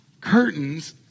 curtains